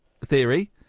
Theory